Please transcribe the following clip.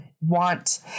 want